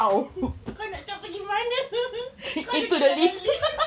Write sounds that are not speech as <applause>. <laughs> kau nak ciao pergi mana <laughs> kau dekat dalam lift